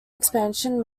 expansion